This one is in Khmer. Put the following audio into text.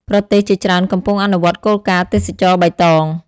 ប្រទេសជាច្រើនកំពុងអនុវត្តគោលការណ៍ទេសចរណ៍បៃតង។